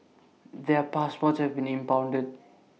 their passports have been impounded